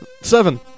Seven